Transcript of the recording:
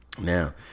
Now